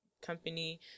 company